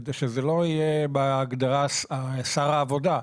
כדי שזה לא יהיה בהגדרה שר העבודה.